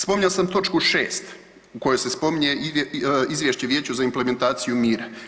Spominjao sam točku 6. u kojoj se spominje izvješće Vijeća za implementaciju mira.